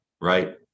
right